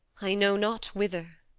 i know not whither.